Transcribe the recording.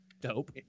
Dope